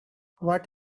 what